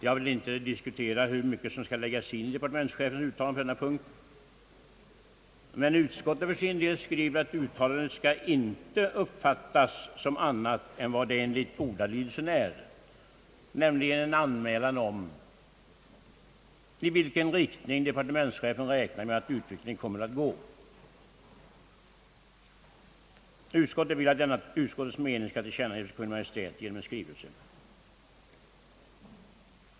Jag vill inte diskutera hur mycket som skall läggas in i departementschefens uttalande på denna punkt, men utskottet skriver att uttalandet inte skall uppfattas som annat än vad det enligt ordalydelsen är, nämligen en anmälan om i vilken riktning departementschefen räknar med att utvecklingen kommer att gå. Utskottet vill att denna utskottets mening skall tillkännages för Kungl. Maj:t genom en riksdagsskrivelse.